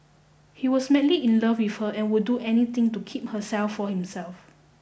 he was madly in love with her and would do anything to keep herself for himself